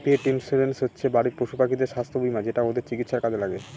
পেট insurance হচ্ছে বাড়ির পশুপাখিদের স্বাস্থ্য বীমা যেটা ওদের চিকিৎসার কাজে লাগে